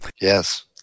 Yes